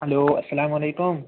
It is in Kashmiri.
ہیٚلو اَلسَلامُ علیکُم